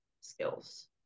skills